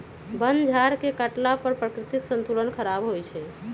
वन झार के काटला पर प्राकृतिक संतुलन ख़राप होइ छइ